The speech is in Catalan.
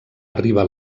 arriba